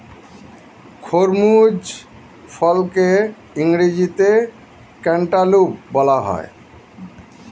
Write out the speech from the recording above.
খরমুজ ফলকে ইংরেজিতে ক্যান্টালুপ বলা হয়